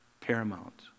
paramount